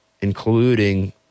including